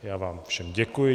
Já vám všem děkuji.